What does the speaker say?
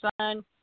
son